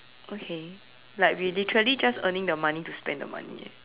okay like we literally just earning the money to spend the money eh